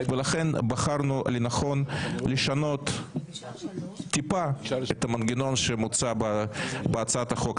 לכן בחרנו לנכון לשנות טיפה את המנגנון שמוצע בהצעת החוק.